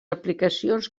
aplicacions